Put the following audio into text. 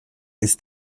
ist